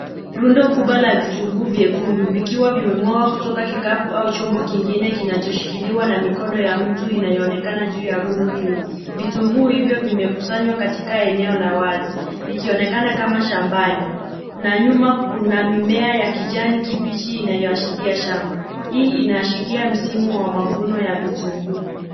Rundo kubwa la vitunguu vyekundu vikiwa vimemwagwa kutoka kikapu au chombo kingine kinachoshikiliwa na mikono ya mtu inayoonekana juu ya rundo hilo. Vitunguu hivyo vimekusanywa katika eneo la wazi ikionekana kama shambani na nyuma kuna mimea ya kijani kibichi inayoashiria shamba. Hii inaashiria msimu wa mavuno ya vitunguu.